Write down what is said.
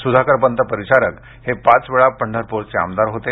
सुधाकरपंत परिचारक हे पाच वेळा पंढरपूरचे आमदार होते